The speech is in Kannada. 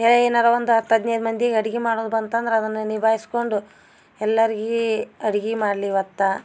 ಏ ಏನಾರ ಒಂದು ಅತು ಹದಿನೈದು ಮಂದಿಗೆ ಅಡಿಗೆ ಮಾಡೋದು ಬಂತಂದ್ರೆ ಅದನ್ನ ನಿಭಾಯಿಸ್ಕೊಂಡು ಎಲ್ಲರಿಗಿ ಅಡಿಗಿ ಮಾಡ್ಲಿವತ್ತ